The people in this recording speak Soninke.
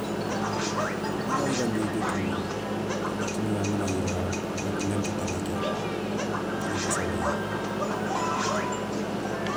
Wo kou ga yigandé bé tou wo ga tini angana yiga a ga timé ntokha lakhé ké ni bassalé gna.